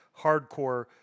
hardcore